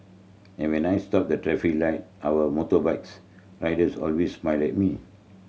and when I stopped the traffic light our motorbikes riders always smile at me